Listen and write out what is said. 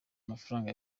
amafaranga